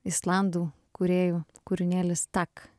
islandų kūrėjų kūrinėlis tak